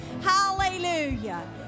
Hallelujah